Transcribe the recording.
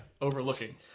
overlooking